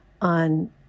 on